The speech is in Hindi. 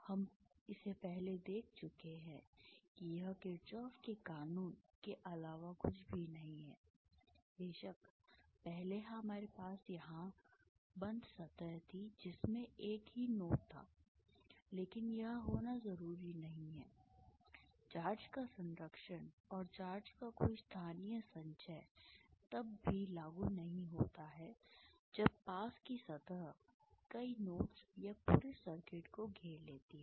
हम इसे पहले देख चुके हैं कि यह किरचॉफ के कानून के अलावा कुछ भी नहीं है बेशक पहले हमारे पास यह बंद सतह थी जिसमें एक ही नोड था लेकिन यह होना जरूरी नहीं है चार्ज का संरक्षण और चार्ज का कोई स्थानीय संचय तब भी लागू नहीं होता है जब पास की सतह कई नोड्स या पूरे सर्किट को घेर लेती है